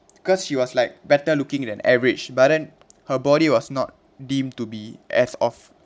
cause she was like better looking than average but then her body was not deemed to be as of